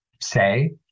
say